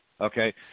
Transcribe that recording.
Okay